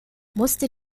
musste